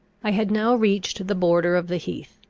i had now reached the border of the heath,